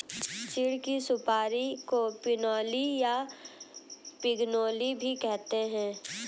चीड़ की सुपारी को पिनोली या पिगनोली भी कहते हैं